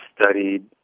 studied